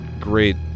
great